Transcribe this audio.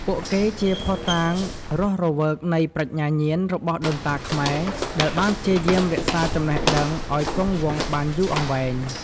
ពួកគេជាភស្តុតាងរស់រវើកនៃប្រាជ្ញាញាណរបស់ដូនតាខ្មែរដែលបានព្យាយាមរក្សាចំណេះដឹងឱ្យគង់វង្សបានយូរអង្វែង។